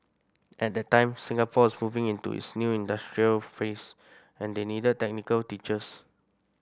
at that time Singapore's moving into its new industrialised phase and they needed technical teachers